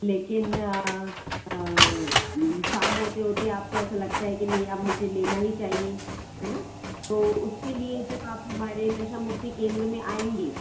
लेकिन शाम होते होते आपको ऐसा लगता है कि नहीं अब मुझे लेना ही चाहिए है ना तो उसके लिए जब आप हमारे नशा मुक्ति केंद्र में आएँगे